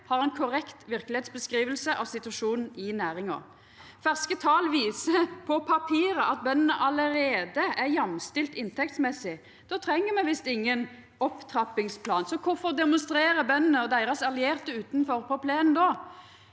har ei korrekt verkelegheitsbeskriving av situasjonen i næringa. Ferske tal viser på papiret at bøndene allereie er jamstilte inntektsmessig. Då treng me visst ingen opptrappingsplan. Kvifor demonstrerer bøndene og deira allierte utanfor på plenen